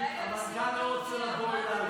------ המנכ"ל לא רוצה לבוא אליי.